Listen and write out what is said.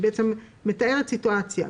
היא בעצם מתארת סיטואציה.